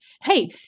hey